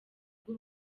ubwo